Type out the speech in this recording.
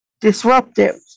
disruptive